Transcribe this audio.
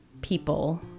people